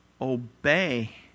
Obey